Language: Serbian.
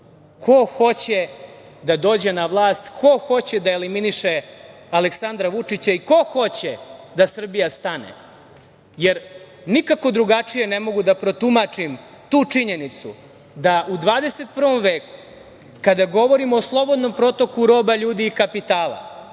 ko hoće da dođe na vlast, ko hoće da eliminiše Aleksandra Vučića i ko hoće da Srbija stane. Nikako drugačije ne mogu da protumačim tu činjenicu da u 21. veku, kada govorimo o slobodnom protoku roba, ljudi i kapitala,